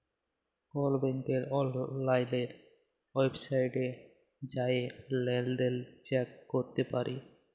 call ব্যাংকের অললাইল ওয়েবসাইটে জাঁয়ে লেলদেল চ্যাক ক্যরতে পারি